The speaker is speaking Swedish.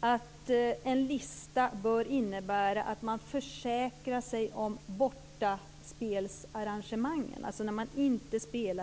att en lista bör innebära att man försäkrar sig om arrangemangen på bortaplan.